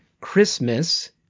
Christmas